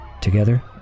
Together